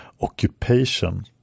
occupation